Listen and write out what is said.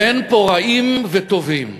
ואין פה רעים וטובים,